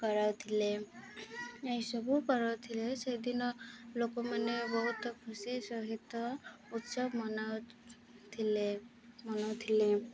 କରାଉଥିଲେ ଏହିସବୁ କରାଉଥିଲେ ସେଦିନ ଲୋକମାନେ ବହୁତ ଖୁସି ସହିତ ଉତ୍ସବ ମନାଉଥିଲେ ମନାଉଥିଲେ